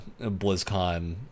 BlizzCon